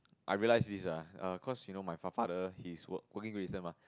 I realise this ah cause you know my f~ father his work working Great Eastern mah